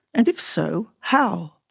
and if so, how?